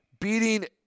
beating